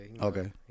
Okay